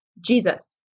Jesus